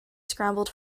scrambled